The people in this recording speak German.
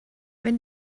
wenn